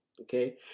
Okay